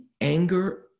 anger